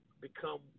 become